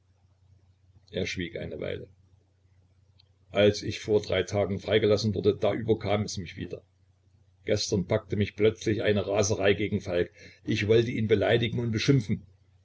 er schwieg eine weile als ich vor drei tagen freigelassen wurde da überkam es mich wieder gestern packte mich plötzlich eine raserei gegen falk ich wollte ihn beleidigen und beschimpfen